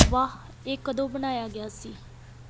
ਵਾਹ ਇਹ ਕਦੋਂ ਬਣਾਇਆ ਗਿਆ ਸੀ